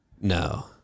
No